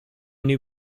new